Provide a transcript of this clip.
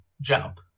jump